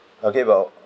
okay well